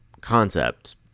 concept